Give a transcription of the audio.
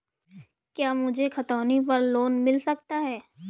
क्या मुझे खतौनी पर लोन मिल सकता है?